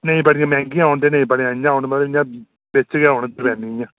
नेईं बड़ियां मैहंगियां होन ते नेईं बड़ियां इंया सस्तियां होन इक्कै नेहियां